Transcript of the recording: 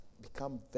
become